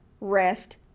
rest